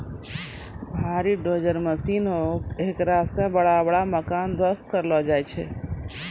भारी dozer machine हेकरा से बड़ा बड़ा मकान ध्वस्त करलो जाय छै